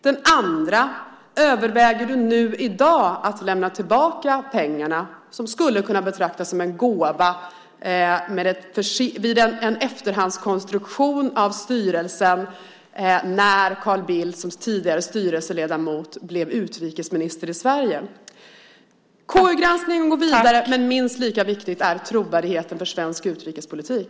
Den andra är: Överväger du i dag att lämna tillbaka pengarna, som skulle kunna betraktas som en gåva vid en efterhandskonstruktion av styrelsen när Carl Bildt som tidigare styrelseledamot blev utrikesminister i Sverige? KU-granskningen går vidare, men minst lika viktig är trovärdigheten för svensk utrikespolitik.